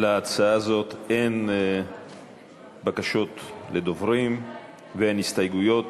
להצעה הזאת אין בקשות דיבור ואין הסתייגויות.